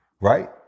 right